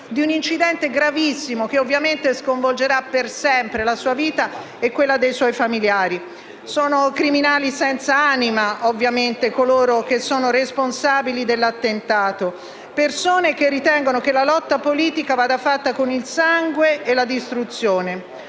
di un incidente gravissimo che ovviamente sconvolgerà per sempre la sua vita a quella dei suoi famigliari. Ovviamente sono criminali senza animo i responsabili dell'attentato, persone che ritengono che la lotta politica vada fatta con il sangue e la distruzione,